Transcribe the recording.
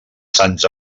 sants